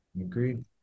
agreed